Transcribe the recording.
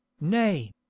Nay